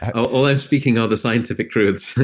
all i'm speaking are the scientific truths